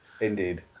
Indeed